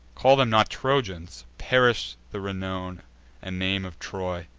call them not trojans perish the renown and name of troy,